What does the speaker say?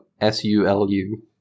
S-U-L-U